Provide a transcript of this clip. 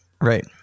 Right